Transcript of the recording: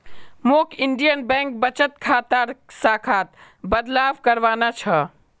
मौक Indian Bank बचत खातार शाखात बदलाव करवाना छ